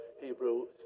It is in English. Hebrew